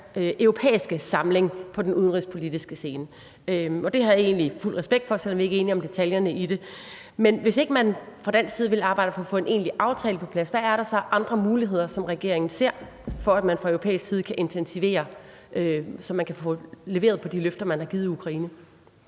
europæiske samling på den udenrigspolitiske scene, og det har jeg egentlig fuld respekt for, selv om vi ikke enige om detaljerne i det. Men hvis ikke man fra dansk side vil arbejde for at få en egentlig aftale på plads, hvad er der så af andre muligheder, som regeringen ser, for at man fra europæisk side kan intensivere, så man kan få leveret på de løfter, man har givet Ukraine?